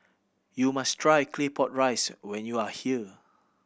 you must try Claypot Rice when you are here